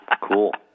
Cool